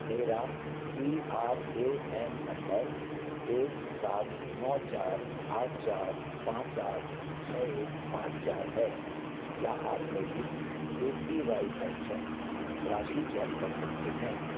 मेरा P R A N number एक सात नौ चार आठ चार पाँच आठ छः एक पाँच चार है क्या आप मेरी ए पी वाई पेंशन राशि चेक कर सकते हैं